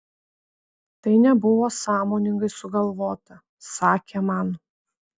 tai nebuvo sąmoningai sugalvota sakė man